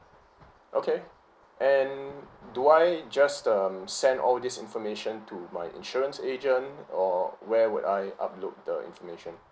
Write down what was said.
okay and do I just um send all this information to my insurance agent or where would I upload the information